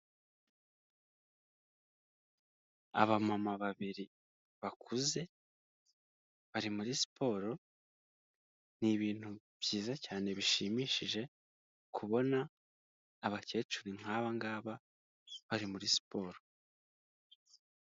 Abamama babiri bakuze bari muri siporo, ni ibintu byiza cyane bishimishije kubona abakecuru nk'abangaba bari muri siporo.